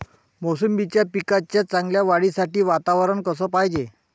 मोसंबीच्या पिकाच्या चांगल्या वाढीसाठी वातावरन कस पायजे?